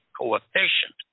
coefficient